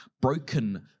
broken